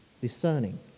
discerning